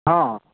हँ